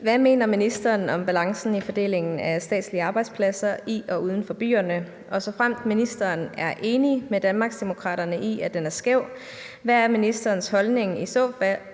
Hvad mener ministeren om balancen i fordelingen af statslige arbejdspladser i og uden for byerne, og såfremt ministeren er enig med Danmarksdemokraterne i, at den er skæv, hvad er ministerens holdning i så fald